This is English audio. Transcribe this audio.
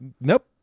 Nope